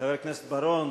חבר הכנסת בר-און,